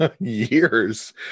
years